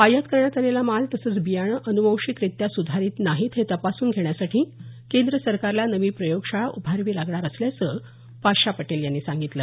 आयात करण्यात आलेला माल तसंच बियाणं अनुवांशिकरित्या सुधारित नाहीत हे तपासून घेण्यासाठी केंद्र सरकारला नवी प्रयोगशाळा उभारावी लागणार असल्याचं पाशा पटेल यांनी सांगितलं